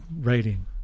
writing